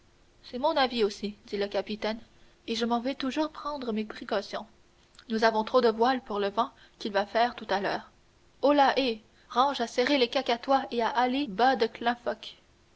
c'est mon avis aussi dit le capitaine et je m'en vais toujours prendre mes précautions nous avons trop de voiles pour le vent qu'il va faire tout à l'heure holà hé range à serrer les cacatois et à haler bas de